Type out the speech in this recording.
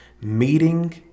Meeting